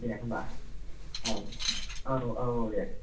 दे होनबा औ औ औ औ दे